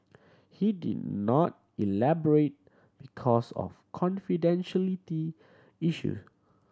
he did not elaborate because of confidentiality issue